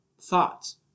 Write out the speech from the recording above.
thoughts